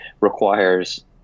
requires